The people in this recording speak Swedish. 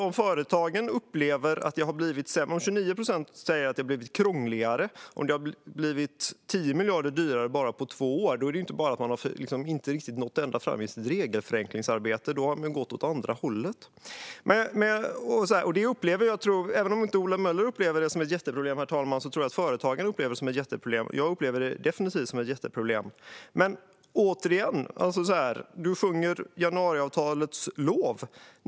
Om 29 procent av företagarna säger att det har blivit krångligare och det har blivit 10 miljarder dyrare bara på två år är det inte bara så att man inte har nått riktigt ända fram i sitt regelförenklingsarbete, utan då har det ju gått åt det andra hållet. Även om inte Ola Möller upplever detta som ett jätteproblem, herr talman, tror jag att företagarna upplever det som ett jätteproblem. Jag upplever det definitivt som ett jätteproblem. Återigen: Du sjunger januariavtalets lov.